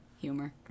humor